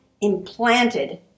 implanted